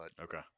okay